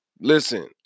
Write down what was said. listen